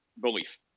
belief